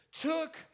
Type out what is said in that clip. took